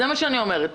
זה מה שאני אומרת.